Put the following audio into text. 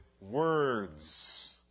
words